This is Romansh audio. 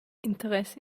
interess